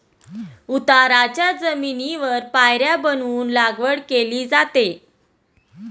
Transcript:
उताराच्या जमिनीवर पायऱ्या बनवून लागवड केली जाते